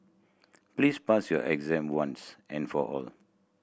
please pass your exam once and for all